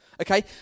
Okay